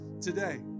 today